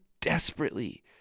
Desperately